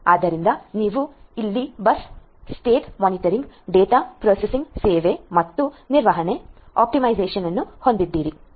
ಆದ್ದರಿಂದ ನೀವು ಇಲ್ಲಿ bus state monitoring data processing ಸೇವೆ ಮತ್ತು ನಿರ್ವಹಣೆ ಆಪ್ಟಿಮೈಸೇಶನ್ ಅನ್ನು ಹೊಂದಿದ್ದೀರಿ